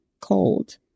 cold